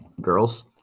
girls